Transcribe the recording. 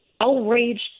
outraged